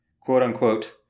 quote-unquote